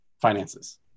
finances